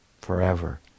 forever